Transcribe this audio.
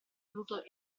potuto